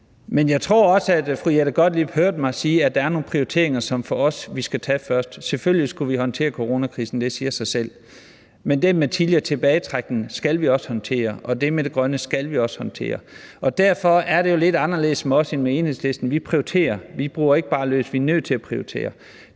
Men jeg tror også, fru Jette Gottlieb hørte mig sige, at der er nogle prioriteringer, som vi mener man skal gøre først. Selvfølgelig skulle vi håndtere coronakrisen, det siger sig selv. Men det med tidligere tilbagetrækning skal vi også håndtere, og det med det grønne skal vi også håndtere. Derfor er det jo lidt anderledes for os end for Enhedslisten. Vi prioriterer – vi bruger ikke bare løs. Vi er nødt til at prioritere.